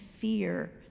fear